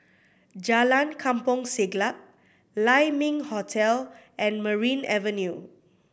Jalan Kampong Siglap Lai Ming Hotel and Merryn Avenue